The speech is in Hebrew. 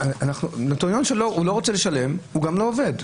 נוטריון שלא רוצה לשלם, הוא גם לא עובד,